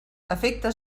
afecta